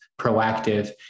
proactive